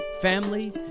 family